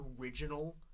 original